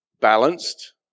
balanced